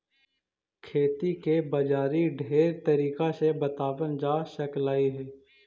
खेती के बाजारी ढेर तरीका से बताबल जा सकलाई हे